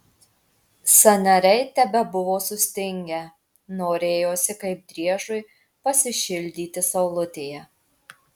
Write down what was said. sąnariai tebebuvo sustingę norėjosi kaip driežui pasišildyti saulutėje